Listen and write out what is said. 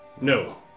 No